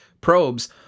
probes